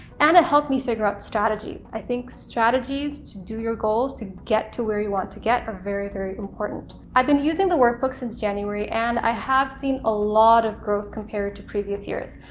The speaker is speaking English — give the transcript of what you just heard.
and it helped me figure out strategies. i think strategies to do your goals to get to where you want to get are very very important. i've been using the workbook since january, and i have seen a lot of growth compared to previous years.